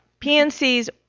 PNC's